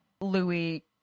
Louis